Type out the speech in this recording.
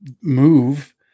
move